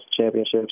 championships